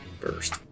first